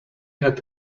had